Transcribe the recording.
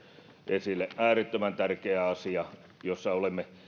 esille äärettömän tärkeä asia jossa olemme